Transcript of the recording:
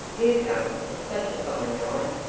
do come! it's such a fine night.